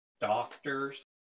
doctors